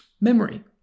memory